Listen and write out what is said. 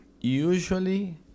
usually